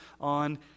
on